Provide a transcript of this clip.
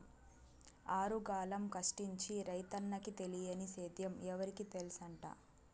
ఆరుగాలం కష్టించి రైతన్నకి తెలియని సేద్యం ఎవరికి తెల్సంట